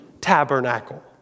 tabernacle